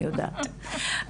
אני יודעת.